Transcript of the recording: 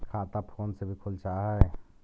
खाता फोन से भी खुल जाहै?